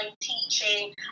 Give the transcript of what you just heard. teaching